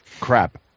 Crap